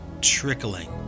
trickling